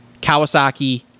Kawasaki